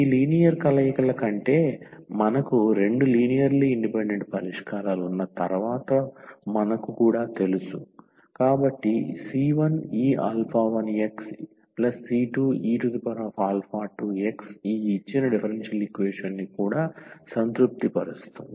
ఈ లీనియర్ కలయికల కంటే మనకు రెండు లీనియర్లీ ఇండిపెండెంట్ పరిష్కారాలు ఉన్న తర్వాత మనకు కూడా తెలుసు కాబట్టి c1e1xc2e2x ఈ ఇచ్చిన డిఫరెన్షియల్ ఈక్వేషన్ ని కూడా సంతృప్తిపరుస్తుంది